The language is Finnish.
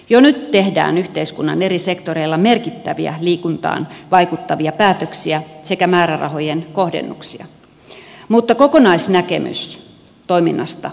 jo nyt tehdään yhteiskunnan eri sektoreilla merkittäviä liikuntaan vaikuttavia päätöksiä sekä määrärahojen kohdennuksia mutta kokonaisnäkemys toiminnasta puuttuu